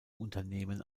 unternehmen